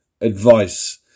advice